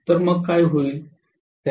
तर मग काय होईल